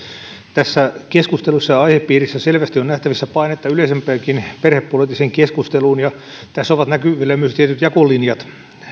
tässä keskustelussa ja aihepiirissä selvästi on nähtävissä painetta yleisempäänkin perhepoliittiseen keskusteluun ja tässä ovat näkyvillä myös tietyt jakolinjat